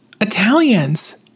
Italians